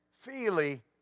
feely